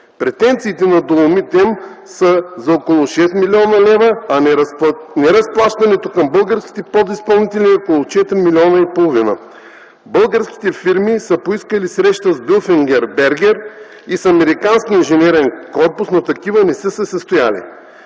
Претенциите на „Доломит М” са за около 6 млн. лв., а неразплащането към българските подизпълнители е около 4,5 млн. Българските фирми са поискали среща с „Билфингер Бергер” и с американския инженерен корпус, но такива не са се състояли.